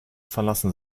verlassen